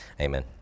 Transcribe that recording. Amen